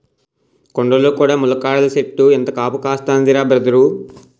కొండల్లో కూడా ములక్కాడల సెట్టు ఎంత కాపు కాస్తందిరా బదరూ